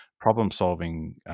problem-solving